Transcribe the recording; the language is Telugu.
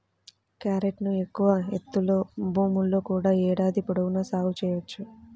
క్యారెట్ను ఎక్కువ ఎత్తులో భూముల్లో కూడా ఏడాది పొడవునా సాగు చేయవచ్చు